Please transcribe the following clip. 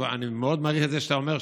אני מאוד מעריך את זה שאתה אומר,